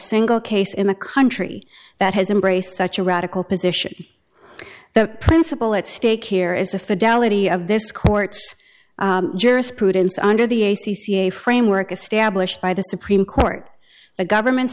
single case in a country that has embraced such a radical position the principle at stake here is the fidelity of this court's jurisprudence under the a c c a framework established by the supreme court the government's